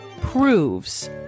proves